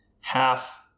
half